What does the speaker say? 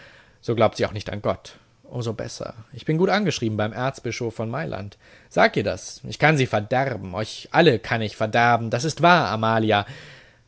so glaubt sie auch nicht an gott um so besser ich bin gut angeschrieben beim erzbischof von mailand sag ihr das ich kann sie verderben euch alle kann ich verderben das ist wahr amalia